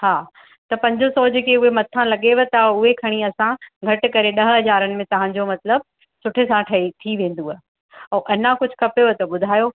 हा त पंज सौ जेके उहे मथां लॻेव था उहे खणी असां घटि करे ॾह हजारनि में तव्हांजो मतिलबु सुठे सां ठई थी वेंदव ऐं अञा कुझु खपेव त ॿुधायो